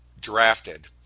drafted